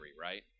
right